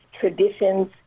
traditions